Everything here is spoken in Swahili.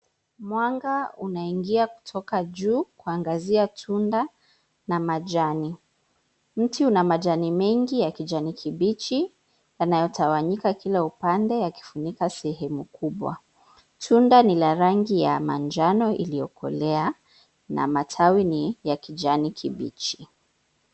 Mwanga unaingia kutoka juu kuangazia tunda na majani. Mti una majani mengi ya kijani kibichi; yanayotawanyika kila upande yakifunika sehemu kubwa. Tunda ni la rangi ya manjano iliyokolea na matawi ni ya kijani kibichi.